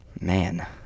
Man